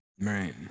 Right